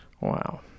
Wow